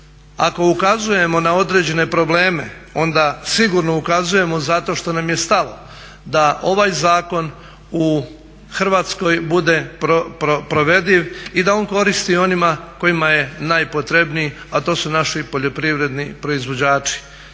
Ako ukazujemo na određene probleme onda sigurno ukazujemo zato što nam je stalo da ovaj zakon u Hrvatskoj bude provediv i da on koristi onima kojima je najpotrebniji a to su naši poljoprivredni proizvođači.